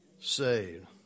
saved